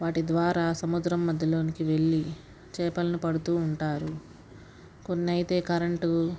వాటి ద్వారా సముద్రం మధ్యలోనికి వెళ్లి చేపలను పడుతూ ఉంటారు కొన్ని అయితే కరెంటు